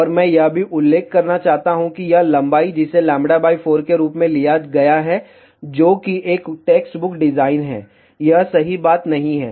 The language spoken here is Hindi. और मैं यह भी उल्लेख करना चाहता हूं कि यह लंबाई जिसे λ 4 के रूप में लिया गया है जो कि एक टेक्स्ट बुक डिजाइन है यह सही बात नहीं है